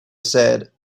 said